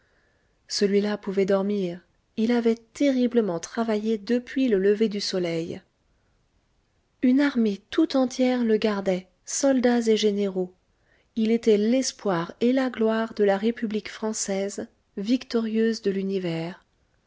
celui-là pouvait dormir il avait terriblement travaillé depuis le lever du soleil une armée tout entière le gardait soldats et généraux il était l'espoir et la gloire de la république française victorieuse de l'univers